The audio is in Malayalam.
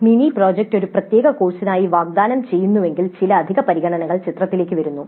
മിനി പ്രോജക്റ്റ് ഒരു പ്രത്യേക കോഴ്സായി വാഗ്ദാനം ചെയ്യുന്നുവെങ്കിൽ ചില അധിക പരിഗണനകൾ ചിത്രത്തിലേക്ക് വരുന്നു